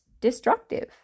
destructive